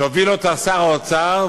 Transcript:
שהוביל אותה שר האוצר,